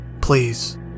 Please